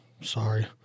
sorry